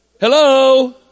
hello